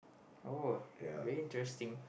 oh very interesting